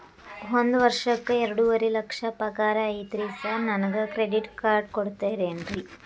ಒಂದ್ ವರ್ಷಕ್ಕ ಎರಡುವರಿ ಲಕ್ಷ ಪಗಾರ ಐತ್ರಿ ಸಾರ್ ನನ್ಗ ಕ್ರೆಡಿಟ್ ಕಾರ್ಡ್ ಕೊಡ್ತೇರೆನ್ರಿ?